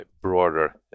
broader